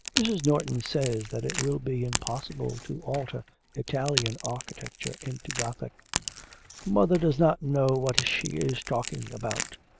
mrs. norton says that it will be impossible to alter italian architecture into gothic mother does not know what she is talking about.